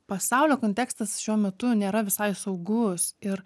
pasaulio kontekstas šiuo metu nėra visai saugus ir